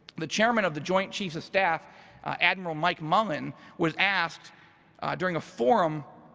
the chairman of the joint chiefs of staff admiral mike mullen was asked during a forum,